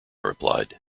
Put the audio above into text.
replied